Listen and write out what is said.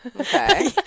Okay